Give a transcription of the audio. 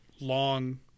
long